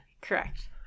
Correct